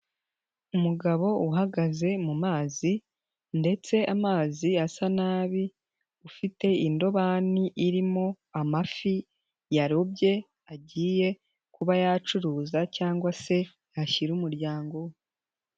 Umugabo uhagaze mu mazi ndetse amazi asa nabi, ufite indobani irimo amafi yarobye agiye kuba yacuza cyangwa se yashyira umuryango we.